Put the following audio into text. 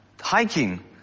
hiking